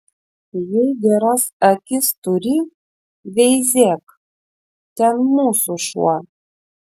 jei geras akis turi veizėk ten mūsų šuo